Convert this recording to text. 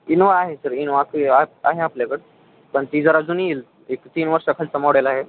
Innova आहे sir Innova आहे आपल्याकडं पण ती जर जुनी येईल एक तीन वर्षाखालचा मॉडेल आहे